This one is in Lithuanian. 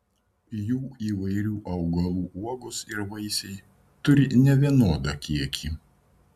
jų įvairių augalų uogos ir vaisiai turi nevienodą kiekį